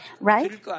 right